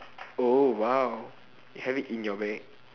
oh !wow! you have it in your bag